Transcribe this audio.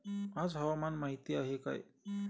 आज हवामान माहिती काय आहे?